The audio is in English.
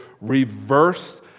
reverse